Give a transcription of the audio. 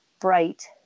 bright